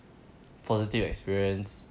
positive experience